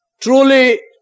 truly